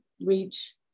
reach